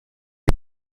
des